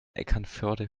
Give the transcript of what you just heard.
eckernförde